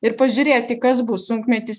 ir pažiūrėti kas bus sunkmetis